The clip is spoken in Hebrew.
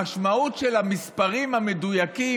המשמעות של המספרים המדויקים,